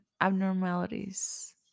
abnormalities